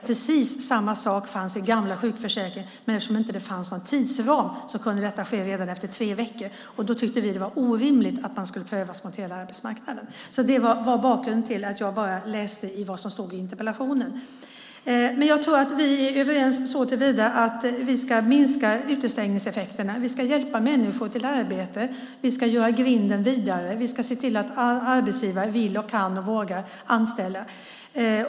Precis samma sak fanns i den gamla sjukförsäkringen, men eftersom det inte fanns någon tidsram kunde detta ske redan efter tre veckor. Vi tyckte att det var orimligt att man skulle prövas mot hela arbetsmarknaden redan då. Bakgrunden var att jag läste vad som stod i interpellationen. Jag tror att vi är överens så till vida att vi vill minska utestängningseffekterna. Vi ska hjälpa människor till arbete. Vi ska göra grinden vidare. Vi ska se till att arbetsgivare vill, kan och vågar anställa.